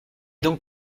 donc